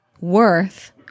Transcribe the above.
worth